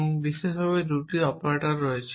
এবং বিশেষভাবে 2টি অপারেটর রয়েছে